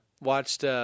watched